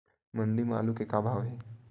मंडी म आलू के का भाव हे?